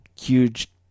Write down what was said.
huge